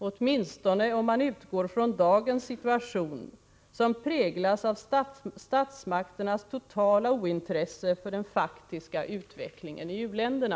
Åtminstone om man utgår från dagens situation som präglas av statsmakternas totala ointresse för den faktiska utvecklingen i u-länderna.”